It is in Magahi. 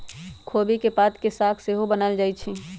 खोबि के पात के साग सेहो बनायल जाइ छइ